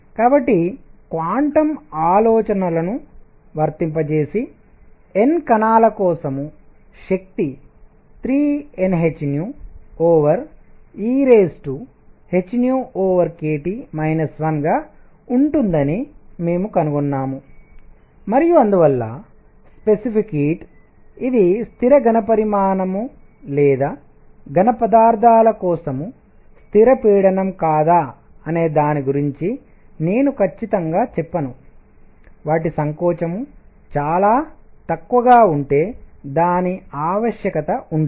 కాబట్టి క్వాంటం ఆలోచనలను వర్తింపజేసి N కణాల కోసం శక్తి 3NhehkT 1 గా ఉంటుందని మేము కనుగొన్నాము మరియు అందువల్ల స్పెసిఫిక్ హీట్ ఇది స్థిర ఘనపరిమాణం లేదా ఘనపదార్థాల కోసం స్థిర పీడనం కాదా అనే దాని గురించి నేను ఖచ్చితంగా చెప్పను వాటి సంకోచము చాలా తక్కువగా ఉంటే దాని ఆవశ్యకత ఉండదు